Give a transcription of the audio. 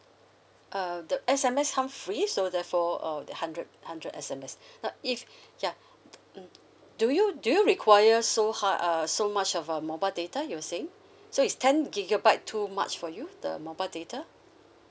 uh the S_M_S come free so therefore uh hundred hundred S_M_S now if ya mm do you do you require so hi~ err so much of uh mobile data you were saying so is ten gigabyte too much for you the mobile data